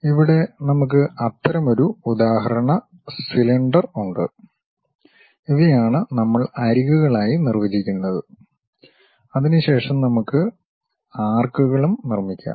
ഇവിടെ നമുക്ക് അത്തരമൊരു ഉദാഹരണ സിലിണ്ടർ ഉണ്ട് ഇവയാണ് നമ്മൾ അരികുകളായി നിർവചിക്കുന്നത് അതിനുശേഷം നമുക്ക് ആർക്കുകളും നിർമ്മിക്കാം